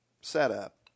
setup